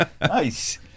nice